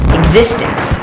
existence